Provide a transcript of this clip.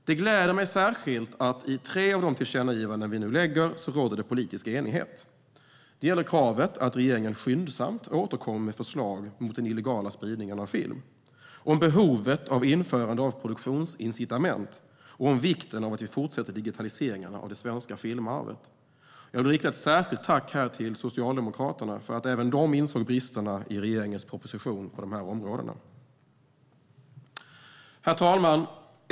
Det gläder mig särskilt att det i tre av de tillkännagivanden vi nu lägger fram råder politisk enighet. Det gäller kravet att regeringen skyndsamt ska återkomma med förslag mot den illegala spridningen av film, om behovet av införande av produktionsincitament och om vikten av att vi fortsätter digitaliseringen av det svenska filmarvet. Jag vill här rikta ett särskilt tack till Socialdemokraterna för att även de insåg bristerna i regeringens proposition på dessa områden. Herr talman!